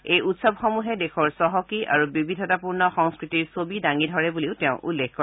এই উৎসৱসমূহে দেশৰ চহকী আৰু বিবিধতাপূৰ্ণ সংস্কৃতিৰ ছবি দাঙি ধৰে বুলিও তেওঁ উল্লেখ কৰে